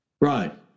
Right